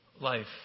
life